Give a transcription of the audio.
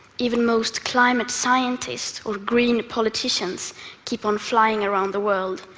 even most climate scientists or green politicians keep on flying around the world,